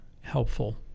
helpful